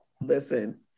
listen